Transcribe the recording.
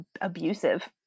abusive